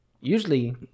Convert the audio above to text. usually